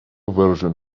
version